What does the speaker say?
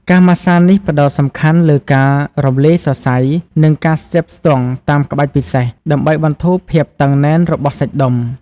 ការម៉ាស្សានេះផ្ដោតសំខាន់លើការរំលាយសរសៃ និងការស្ទាបស្ទង់តាមក្បាច់ពិសេស ដើម្បីបន្ធូរភាពតឹងណែនរបស់សាច់ដុំ។